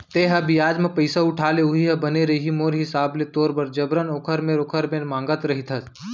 तेंहा बियाज म पइसा उठा ले उहीं बने रइही मोर हिसाब ले तोर बर जबरन ओखर मेर ओखर मेर मांगत रहिथस